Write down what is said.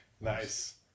Nice